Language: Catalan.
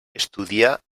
estudia